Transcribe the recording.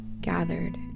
gathered